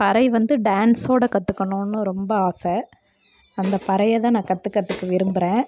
பறை வந்து டேன்ஸ்ஸோடு கற்றுக்கணுன்னு ரொம்ப ஆசை அந்தப் பறையை தான் நான் கற்றுக்குறதுக்கு விரும்புகிறேன்